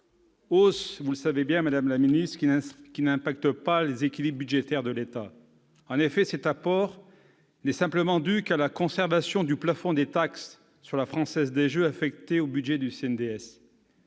qui, vous le savez, madame la ministre, n'affecterait pas les équilibres budgétaires de l'État. En effet, cet apport n'est simplement dû qu'à la conservation du plafond des taxes sur la Française des jeux affectées au budget du CNDS.